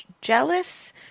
jealous